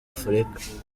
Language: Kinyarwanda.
africa